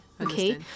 Okay